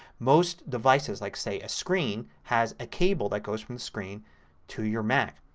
most devices, like say a screen, has a cable that goes from the screen to your mac.